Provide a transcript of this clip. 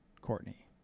Courtney